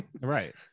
right